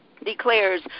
declares